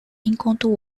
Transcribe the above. enquanto